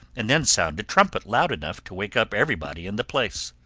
and then sound a trumpet loud enough to wake up everybody in the place.